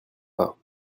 pas